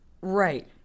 Right